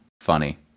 funny